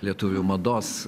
lietuvių mados